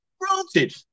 Granted